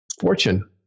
fortune